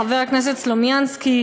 חבר הכנסת סלומינסקי,